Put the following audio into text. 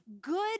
good